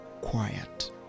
quiet